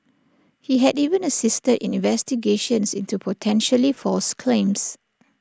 he had even assisted in investigations into potentially false claims